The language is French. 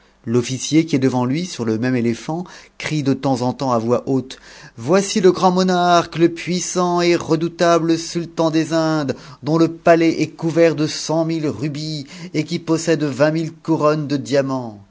t'offtcier qui est devant lui su memeétëphant crie de temps en temps à haute voix voici tegt h narqut le puissant et redoutable sultan des indes dont le pidaisci couvert de cent mille rubis et qui possède vingt mille couronnes de diamants